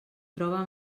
troba